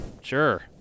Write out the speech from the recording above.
Sure